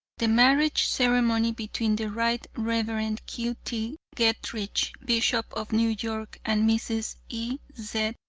the marriage ceremony between the right reverend q. t. getrich, bishop of new york, and mrs. e. z.